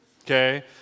okay